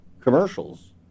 commercials